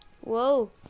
whoa